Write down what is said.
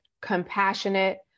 compassionate